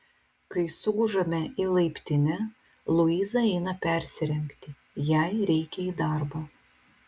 kai sugužame į laiptinę luiza eina persirengti jai reikia į darbą